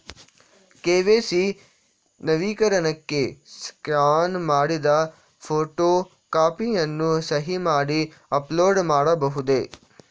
KYC ನವೀಕರಣಕ್ಕೆ scan ಮಾಡಿದ photo ಕಾಪಿಯನ್ನು ಸಹಿ ಮಾಡಿ ಅಪ್ಲೋಡ್ ಮಾಡಬಹುದೇ?